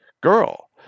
girl